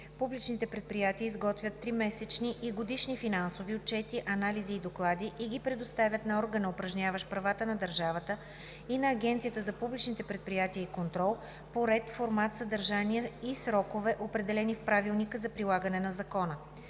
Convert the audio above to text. Публичните предприятия изготвят тримесечни и годишни финансови отчети, анализи и доклади и ги предоставят на органа, упражняващ правата на държавата и на Агенцията за публичните предприятия и контрол, по ред, формат, съдържание и срокове, определени в правилника за прилагане на закона.